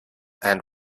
and